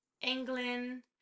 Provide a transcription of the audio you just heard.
England